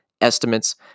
estimates